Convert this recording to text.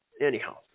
anyhow